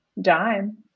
dime